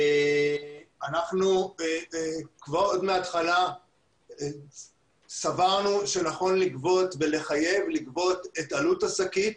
אנחנו עוד מההתחלה סברנו שנכון לגבות ולחייב לגבות את עלות השקית,